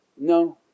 no